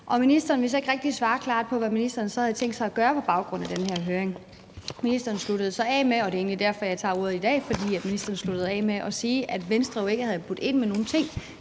Ministeren ville så ikke rigtig svare klart på, hvad ministeren havde tænkt sig at gøre på baggrund af den her høring. Ministeren sluttede så af med – og det er egentlig derfor, jeg tager ordet i dag – at sige, at Venstre jo ikke havde budt ind med nogen ting.